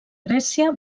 grècia